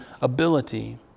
ability